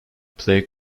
plague